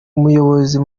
umuyobozi